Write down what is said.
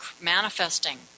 manifesting